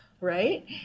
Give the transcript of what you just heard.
Right